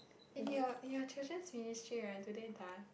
and you're you're children's ministry right do they dance